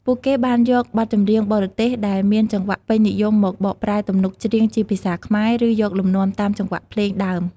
ពួកគេបានយកបទចម្រៀងបរទេសដែលមានចង្វាក់ពេញនិយមមក បកប្រែទំនុកច្រៀងជាភាសាខ្មែរ ឬ យកលំនាំតាមចង្វាក់ភ្លេង ដើម។